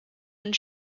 and